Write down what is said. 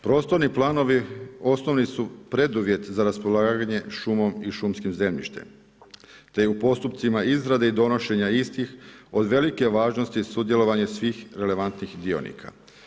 Prostorni planovi osnovni su preduvjet za raspolaganje šumom i šumskim zemljištem te je u postupcima izrade i donošenja istih od velike važnosti sudjelovanja svih relevantnih dionika.